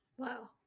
Wow